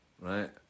right